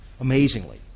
amazingly